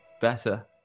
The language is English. Better